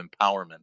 empowerment